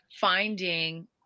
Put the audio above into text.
finding